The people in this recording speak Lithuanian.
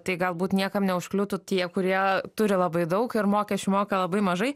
tai galbūt niekam neužkliūtų tie kurie turi labai daug ir mokesčių moka labai mažai